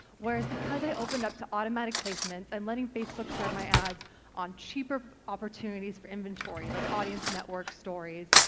whereas because i opened up to automatic placements and letting facebook serve my ads on cheaper opportunities for inventory like audience network, stories,